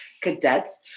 cadets